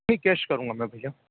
नहीं कैश करूँगा मैं भैया